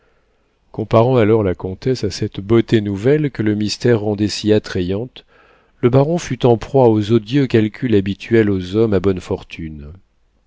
comparant alors la comtesse à cette beauté nouvelle que le mystère rendait si attrayante le baron fut en proie aux odieux calculs habituels aux hommes à bonnes fortunes